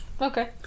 okay